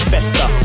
Festa